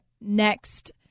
next